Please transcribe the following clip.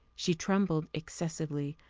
she trembled excessively,